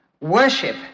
worship